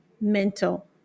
mental